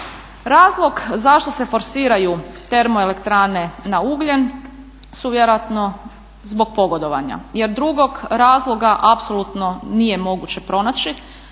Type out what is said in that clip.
Razlog zašto se forsiraju termoelektrane na ugljen su vjerojatno zbog pogodovanja jer drugog razloga apsolutno nije moguće pronaći